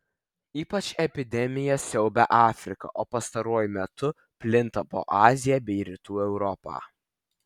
ypač epidemija siaubia afriką o pastaruoju metu plinta po aziją bei rytų europą